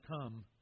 come